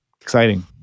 Exciting